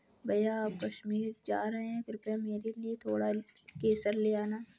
भैया आप कश्मीर जा रहे हैं कृपया मेरे लिए थोड़ा केसर ले आना